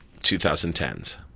2010s